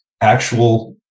actual